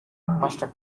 must